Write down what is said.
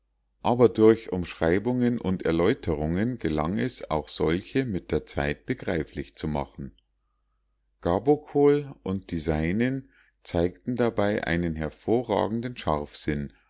aber durch umschreibungen und erläuterungen gelang es auch solche mit der zeit begreiflich zu machen gabokol und die seinen zeigten dabei einen hervorragenden scharfsinn